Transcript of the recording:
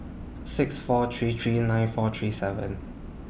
six four three three nine four three seven